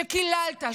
שקיללת,